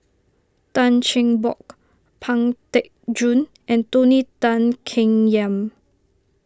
Tan Cheng Bock Pang Teck Joon and Tony Tan Keng Yam